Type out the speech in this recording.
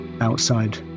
outside